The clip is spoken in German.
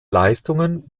leistungen